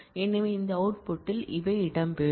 எனவே இந்த அவுட்புட்டில் இவை இடம்பெறும்